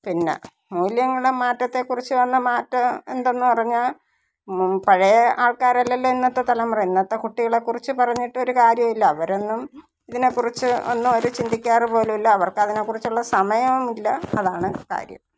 പിന്നെ മൂല്യങ്ങളും മാറ്റത്തെക്കുറിച്ച് വന്ന മാറ്റം എന്തെന്ന് പറഞ്ഞാൽ മു പഴയ ആൾക്കാരല്ലല്ലൊ ഇന്നത്തെ തലമുറ ഇന്നത്തെ കുട്ടികളെ കുറിച്ച് പറഞ്ഞിട്ടൊരു കാര്യവുമില്ല അവരൊന്നും ഇതിനേക്കുറിച്ച് ഒന്നും ഒരു ചിന്തിക്കാറു പോലുമില്ല അവർക്ക് അതിനെക്കുറിച്ചുള്ള സമയവുമില്ല അതാണ് കാര്യം